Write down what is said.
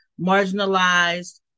marginalized